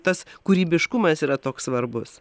tas kūrybiškumas yra toks svarbus